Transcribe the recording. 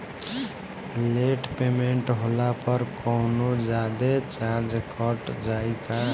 Late payment होला पर कौनोजादे चार्ज कट जायी का?